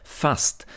fast